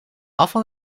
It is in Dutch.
afval